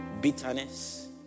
bitterness